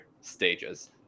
stages